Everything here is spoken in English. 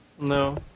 no